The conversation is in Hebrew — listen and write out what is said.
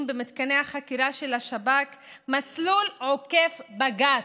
במתקני החקירה של השב"כ מסלול עוקף בג"ץ.